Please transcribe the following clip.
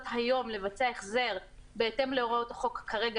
היום לבצע החזר בהתאם להוראות החוק כרגע,